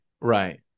Right